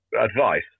advice